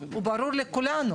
הוא ברור לכולנו.